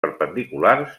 perpendiculars